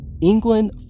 England